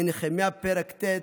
בנחמיה, פרק ט'.